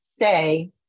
say